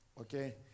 Okay